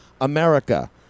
America